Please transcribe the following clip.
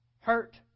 hurt